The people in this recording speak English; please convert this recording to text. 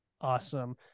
Awesome